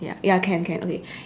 ya can can okay